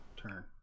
turn